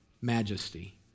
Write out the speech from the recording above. majesty